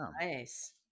nice